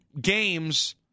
games